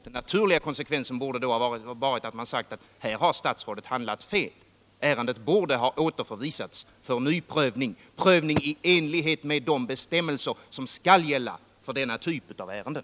Den naturliga konsekvensen borde då ha varit att medge att statsrådet där har handlat felaktigt och att ärendet borde ha återförvisats för ny prövning — för en prövning i enlighet med de bestämmelser som skall gälla för denna typ av ärenden.